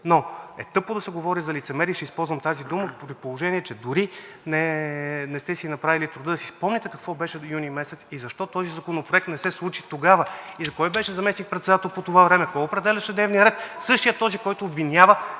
Но е тъпо да се говори за лицемерие. Ще използвам тази дума, при положение че дори не сте си направили труда да си спомните какво беше юни месец и защо този законопроект не се случи тогава. Кой беше заместник-председател по това време? Кой определяше дневния ред? (Реплика от